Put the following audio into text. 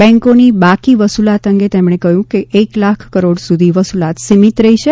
બેન્કોની બાકી વસુલાત અંગે તેમણે કહ્યું કે એક લાખ કરોડ સુધી વસુલાત સીમીત રહી છે